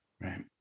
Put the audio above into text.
right